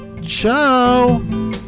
Ciao